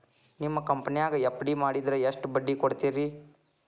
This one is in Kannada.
ನಿಮ್ಮ ಕಂಪನ್ಯಾಗ ಎಫ್.ಡಿ ಮಾಡಿದ್ರ ಎಷ್ಟು ಬಡ್ಡಿ ಕೊಡ್ತೇರಿ?